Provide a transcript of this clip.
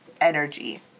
energy